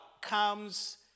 comes